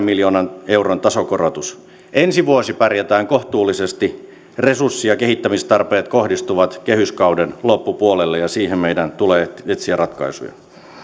miljoonan euron tasokorotus ensi vuosi pärjätään kohtuullisesti resurssi ja kehittämistarpeet kohdistuvat kehyskauden loppupuolelle ja siihen meidän tulee etsiä ratkaisuja